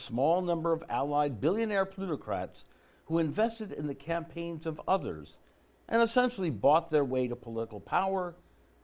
small number of allied billionaire plutocrats who invested in the campaigns of others and essentially bought their way to political power